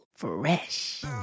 Fresh